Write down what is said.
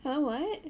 很 what